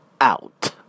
out